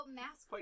mask